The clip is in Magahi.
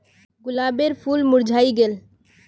गुलाबेर फूल मुर्झाए गेल